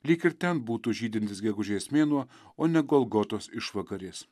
lyg ir ten būtų žydintis gegužės mėnuo o ne golgotos išvakarės